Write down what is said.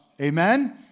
Amen